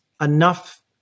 enough